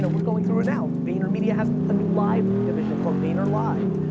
and we're going through it now vaynermedia has a new live division called vaynerlive,